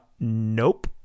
Nope